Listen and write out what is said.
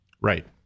Right